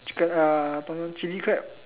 chicken uh Tom-Yum chili crab